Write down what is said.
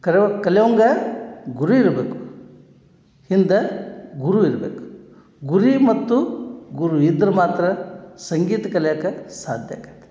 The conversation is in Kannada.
ಕರವ ಕಲಿವಂಗ ಗುರಿ ಇರಬೇಕು ಹಿಂದ ಗುರು ಇರ್ಬೇಕು ಗುರಿ ಮತ್ತು ಗುರು ಇದ್ರ ಮಾತ್ರ ಸಂಗೀತ ಕಲ್ಯಾಕ ಸಾಧ್ಯ ಆಗತ್ತೆ